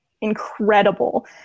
incredible